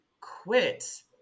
quit